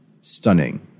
stunning